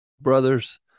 Brothers